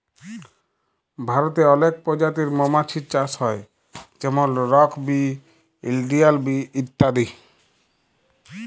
ভারতে অলেক পজাতির মমাছির চাষ হ্যয় যেমল রক বি, ইলডিয়াল বি ইত্যাদি